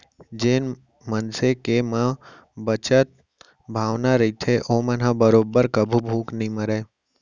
जेन मनसे के म बचत के भावना रहिथे ओमन ह बरोबर कभू भूख नइ मरय